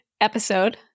episode